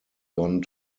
gone